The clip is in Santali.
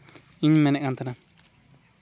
ᱤᱧ ᱢᱮᱱᱮᱫ ᱠᱟᱱ ᱛᱟᱦᱮᱱᱟ